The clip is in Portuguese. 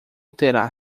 terá